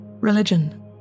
Religion